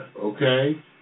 okay